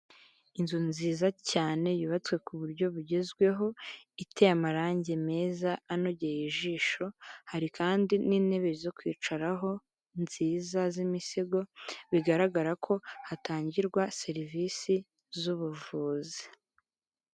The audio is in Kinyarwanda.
Inzu nziza cyane yubatswe ku buryo bugezweho iteye amarangi meza anogeye ijisho, hari kandi n'intebe zo kwicaraho nziza z'imisego, bigaragara ko hatangirwa serivisi z'ubuvuzi.